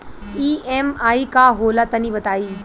EMI का होला तनि बताई?